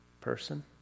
person